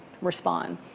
respond